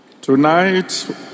Tonight